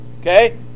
Okay